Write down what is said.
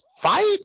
fight